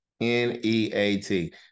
n-e-a-t